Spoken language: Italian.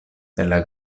della